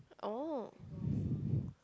oh